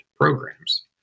programs